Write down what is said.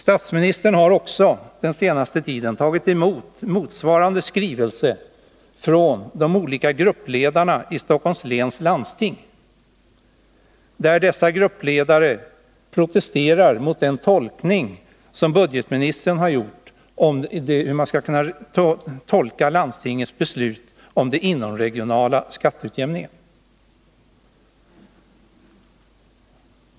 Statsministern har också under den senaste tiden fått ta emot motsvarande skrivelse från de olika gruppledarna i Stockholms läns landsting. De protesterar där mot den tolkning som budgetministern gjort av landstingets beslut om inomregional skatteutjämning.